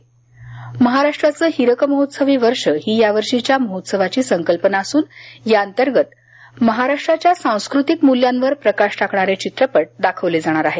महाराष्ट्राचं हिरक महोत्सवी वर्ष ही या वर्षीच्या महोत्सवाची संकल्पना असून या अंतर्गत महाराष्ट्राच्या सांस्कृतिक मूल्यांवर प्रकाश टाकणारे चित्रपट दाखवले जाणार आहेत